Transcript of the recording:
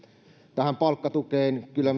tähän palkkatukeen suhtaudun kyllä